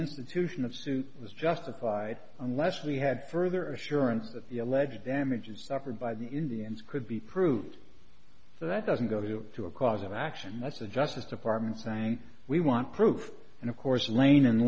institution of suit was justified unless we had further assurance that the alleged damages suffered by the indians could be proved so that doesn't go to to a cause of action that's the justice department saying we want proof and of course lane and